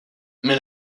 mais